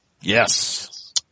Yes